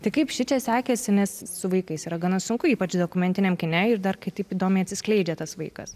tai kaip šičia sekėsi nes su vaikais yra gana sunku ypač dokumentiniam kine ir dar kai taip įdomiai atsiskleidžia tas vaikas